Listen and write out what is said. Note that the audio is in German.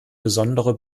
besondere